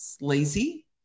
lazy